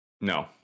No